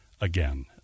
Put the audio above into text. again